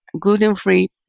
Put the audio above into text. gluten-free